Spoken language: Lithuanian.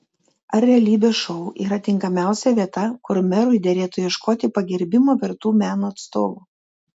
ar realybės šou yra tinkamiausia vieta kur merui derėtų ieškoti pagerbimo vertų meno atstovų